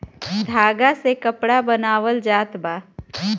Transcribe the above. धागा से कपड़ा बनावल जात बा